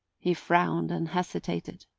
he frowned and hesitated.